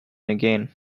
again